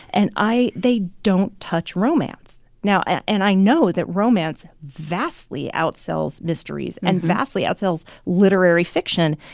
and i they don't touch romance. now and i know that romance vastly outsells mysteries and vastly outsells literary fiction.